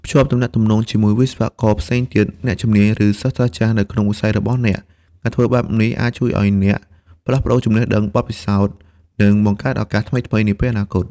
ភ្ជាប់ ទំនាក់ទំនងជាមួយវិស្វករផ្សេងទៀត អ្នកជំនាញ ឬសាស្ត្រាចារ្យ នៅក្នុងវិស័យរបស់អ្នក។ ការធ្វើបែបនេះអាចជួយអ្នក ផ្លាស់ប្តូរចំណេះដឹង បទពិសោធន៍ និងបង្កើតឱកាសថ្មីៗនាពេលអនាគត។